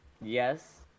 yes